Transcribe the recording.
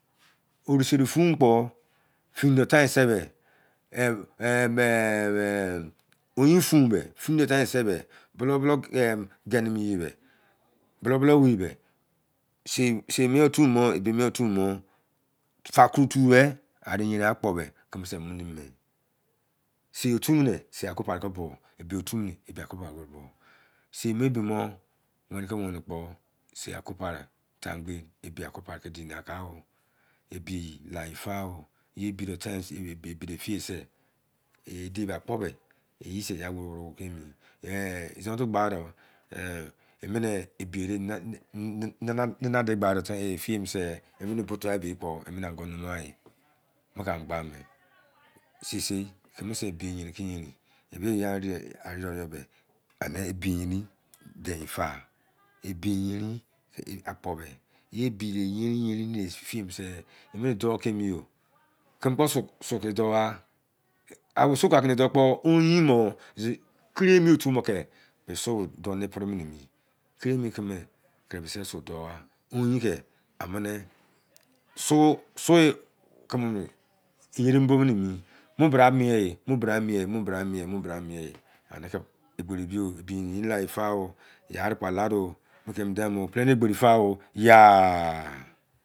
Oruserifuun kpo firii ne tain se be oyin fun be e fini ne tain se be bilou genimi ye be buloru bilouowei be seimien otu mo ebi mienotu mo fakoro tube ari yerin akpo be kimi se mo nim i be sei otumini ebi aku paraki bo sei mo ebimo weni ke wenikposei aku para tasngbei ebi aku paraki dini aki a o ebi yila ye foa ye ebide ediyee se e di be akpo be eyise eya woro woro ke mi izon otu gba de ue ebi ere nnaa de tain se e bu tua ebi nimi kpo emini ago a numu gha sisei kimise ebi yerin ki yerin ebi yerin derin ye fa ebi yerin ki akpo be ye ebi eyerin yerin serise kimikpo su kiw dongha a bo su kedou kpo oyin mo kim otu moki eni oyin mo kim otu mo ki eni su don e pri mini